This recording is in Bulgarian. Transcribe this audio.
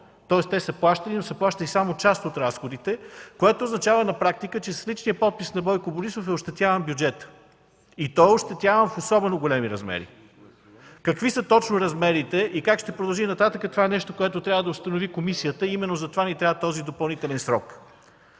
но са плащали само част от разходите, което означава на практика, че с личния подпис на Бойко Борсов е ощетяван бюджетът и то в особено големи размери. Какви са точно размерите и как ще продължи нататък, това е нещо, което ще трябва да установи комисията. Именно затова ни трябва този допълнителен срок.